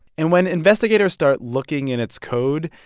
and when investigators start looking in its code,